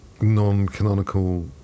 non-canonical